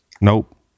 Nope